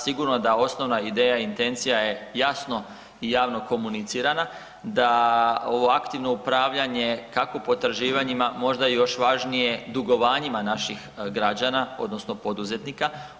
Sigurno da osnovna ideja intencija je jasno i javno komunicirana, da ovo aktivno upravljanje kako potraživanjima možda je još važnije dugovanjima naših građana odnosno poduzetnika.